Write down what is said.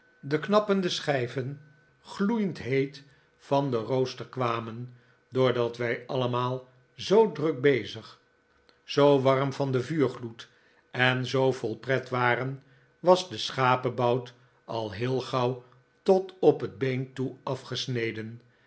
de knappende schijven gloeiend heet van den rooster kwamen doordat wij allemaal zoo druk bezig zoo warm van den david copperfield vuurgloed en zoo vol pret waren was de schapebout al heel gauw tot op het been toe afgesneden